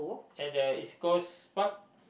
at the East Coast Park